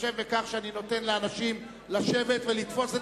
בהתחשב בכך שאני נותן לאנשים לשבת ולתפוס את